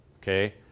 okay